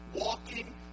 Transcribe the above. walking